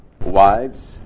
Wives